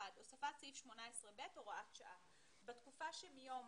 הוספת סעיף 18(ב) (הוראת שעה) בתקופה שמיום